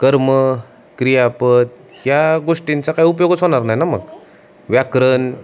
कर्म क्रियापद ह्या गोष्टींचा काय उपयोगच होणार नाही ना मग व्याकरण